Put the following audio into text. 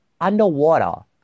underwater